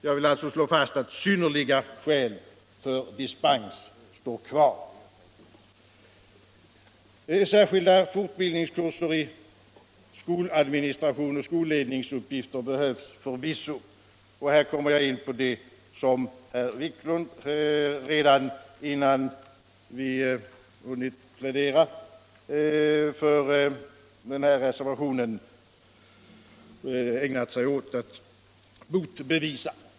Jag vill alltså slå fast att ”synnerliga skäl” för dispens står kvar. Särskilda fortbildningskurser för skoladministrationsoch skolledningsuppgifter behövs förvisso. Här kommer jag in på det som herr Wiklund, redan innan vi hunnit plädera för den här reservationen, ägnat sig åt att motbevisa.